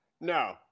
No